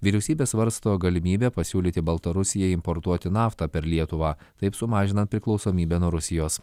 vyriausybė svarsto galimybę pasiūlyti baltarusijai importuoti naftą per lietuvą taip sumažinant priklausomybę nuo rusijos